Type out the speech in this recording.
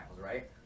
right